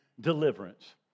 deliverance